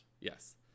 Yes